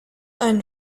einen